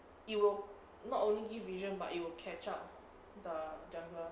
it will not only give vision but it'll catch up the jungle